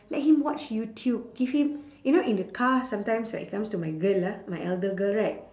let him watch youtube give him you know in the car sometimes like it comes to my girl ah my elder girl right